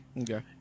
Okay